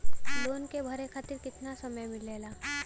Loan के भरे खातिर कितना समय मिलेला?